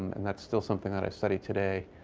and that's still something that i study today.